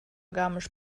garmisch